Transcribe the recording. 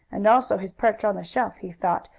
and, also, his perch on the shelf, he thought,